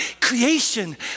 creation